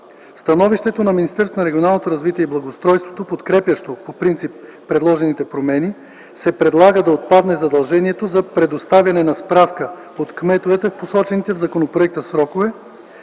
развитие и благоустройството, подкрепящо по принцип предложените промени, се предлага да отпадне задължението за предоставяне на справка от кметовете в посочените от законопроекта срокове,